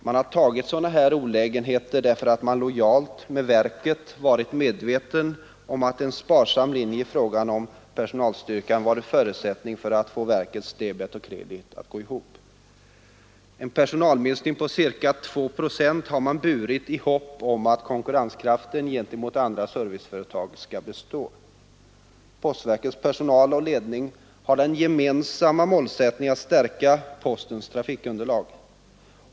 Man har tagit sådana olägenheter därför att man lojalt med verket har varit medveten om att en sparsam linje i fråga om personalstyrkan varit en förutsättning för att verkets debet och kredit skulle gå ihop. En personalminskning på ca 2 procent har man burit i hopp om att konkurrenskraften gentemot andra serviceföretag skulle bestå. Postverkets personal och ledning har den gemensamma målsättningen att stärka postens trafikunderlag.